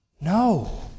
No